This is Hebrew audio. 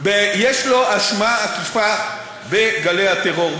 יש לו אשמה עקיפה בגלי הטרור.